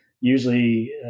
Usually